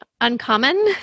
uncommon